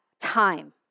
time